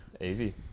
Easy